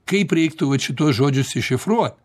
kaip reiktų vat šituos žodžius iššifruo